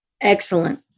excellent